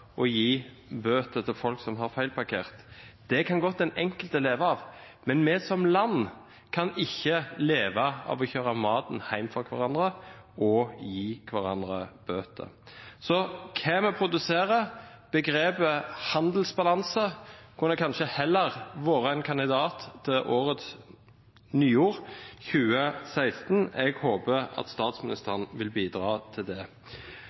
gi bøter til folk som har feilparkert. Det kan godt den enkelte leve av, men vi som land kan ikke leve av å kjøre maten hjem for hverandre og å gi hverandre bøter. Så hva vi produserer, begrepet «handelsbalanse» kunne kanskje heller vært en kandidat til årets nyord 2016. Jeg håper at statsministeren vil bidra til det.